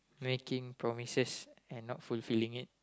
making promises and not fulfilling it